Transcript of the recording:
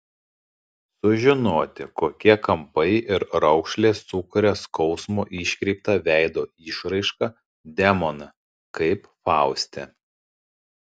sužinoti kokie kampai ir raukšlės sukuria skausmo iškreiptą veido išraišką demoną kaip fauste